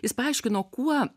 jis paaiškino kuo